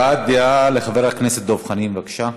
הבעת דעה לחבר הכנסת דב חנין, בבקשה.